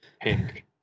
pink